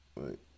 right